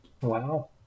Wow